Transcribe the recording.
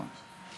מה?